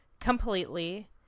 completely